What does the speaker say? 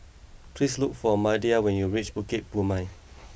please look for Maida when you reach Bukit Purmei